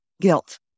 Guilt